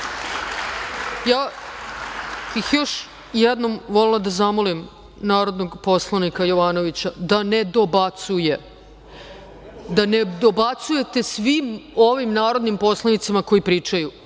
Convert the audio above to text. bih još jednom zamolila narodnog poslanika Jovanovića da ne dobacuje, da ne dobacujete svim ovim narodnim poslanicima koji pričaju. Ja